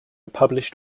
published